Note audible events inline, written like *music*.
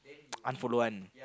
*noise* unfollow one